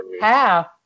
half